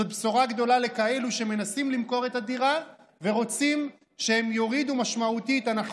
זו בשורה גדולה למי שמנסים למכור את הדירה ורוצים שהם יורידו משמעותית,